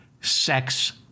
sex